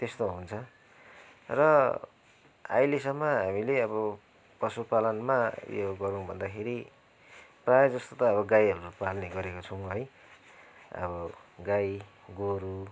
त्यस्तो हुन्छ र अहिलेसम्म हामीले अब पशु पालानमा यो गरौँ भन्दाखेरि प्रायः जस्तो त गाईहरू पाल्ने गरेको छौँ है अब गाई गोरू